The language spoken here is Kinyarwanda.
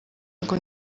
ngo